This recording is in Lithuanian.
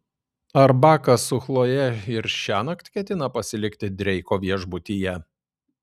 ar bakas su chloje ir šiąnakt ketina pasilikti dreiko viešbutyje